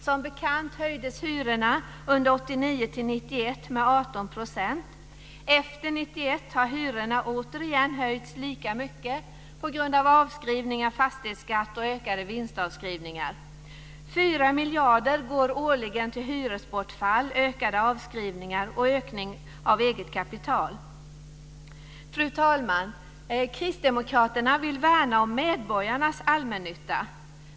Som bekant höjdes hyrorna under 1989-91 med 18 %. Efter 1991 har hyrorna återigen höjts lika mycket på grund av avskrivningar, fastighetsskatt och ökade vinstavskrivningar. Årligen går 4 miljarder till hyresbortfall, ökade avskrivningar och ökning av eget kapital. Fru talman! Kristdemokraterna vill värna om medborgarnas allmännytta.